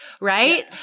right